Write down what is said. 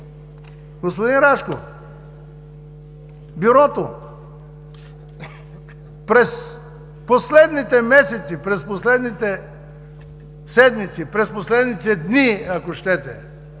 Господин Рашков, Бюрото през последните месеци, през последните седмици, през последните дни, ако щете,